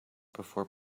before